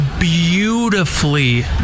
Beautifully